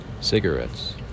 Cigarettes